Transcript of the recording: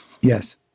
Yes